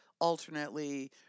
alternately